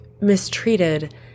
mistreated